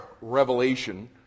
revelation